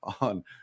on